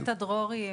נטע דרורי,